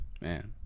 man